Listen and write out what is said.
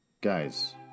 Guys